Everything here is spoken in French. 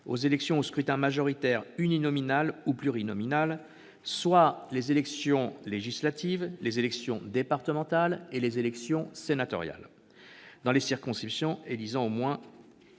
aux élections au scrutin majoritaire uninominal ou plurinominal- soit les élections législatives, les élections départementales et les élections sénatoriales dans les circonscriptions élisant moins